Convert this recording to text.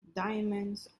diamonds